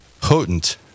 potent